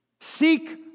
Seek